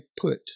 put